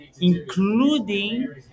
including